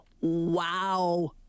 Wow